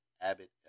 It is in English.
Abbott